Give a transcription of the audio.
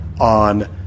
on